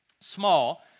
small